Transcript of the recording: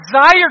desire